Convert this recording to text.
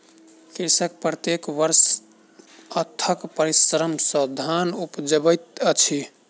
कृषक प्रत्येक वर्ष अथक परिश्रम सॅ धान उपजाबैत अछि